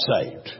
saved